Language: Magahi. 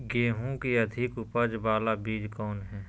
गेंहू की अधिक उपज बाला बीज कौन हैं?